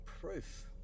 proof